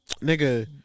Nigga